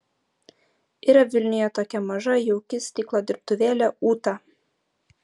yra vilniuje tokia maža jauki stiklo dirbtuvėlė ūta